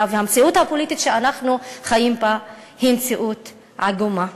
והמציאות הפוליטית שאנחנו חיים בה הם מציאות עגומה.